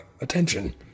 attention